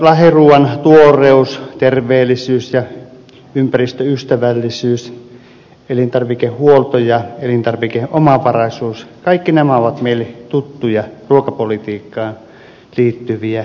lähiruuan tuoreus terveellisyys ja ympäristöystävällisyys elintarvikehuolto ja elintarvikeomavaraisuus kaikki nämä ovat meille tuttuja ruokapolitiikkaan liittyviä käsitteitä